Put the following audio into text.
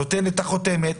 נותנת חותמת,